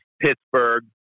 Pittsburgh